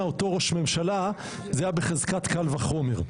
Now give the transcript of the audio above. אותו ראש ממשלה זה היה בחזקת קל וחומר,